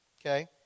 Okay